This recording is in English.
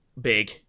big